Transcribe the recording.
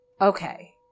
Okay